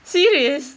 serious